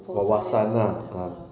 foresight a'ah